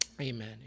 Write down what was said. amen